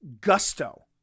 gusto